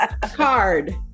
Card